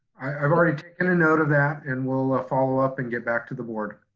i've already taken a note of that and we'll ah follow up and get back to the board.